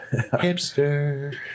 Hipster